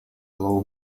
low